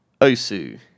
Osu